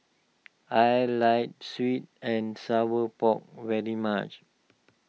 I like Sweet and Sour Pork very much